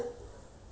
okay